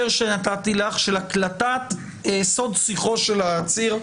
שנתתי לך של הקלטת סוד שיחו של העציר?